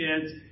kids